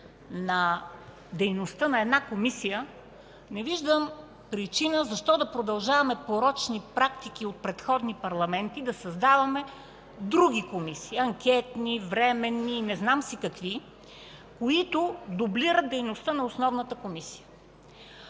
на дейността на една комисия, не виждам причина защо да продължаваме порочни практики от предходни парламенти – да създаваме други комисии: анкетни, временни и не знам си какви, които дублират дейността на основната комисия.